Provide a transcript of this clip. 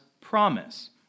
promise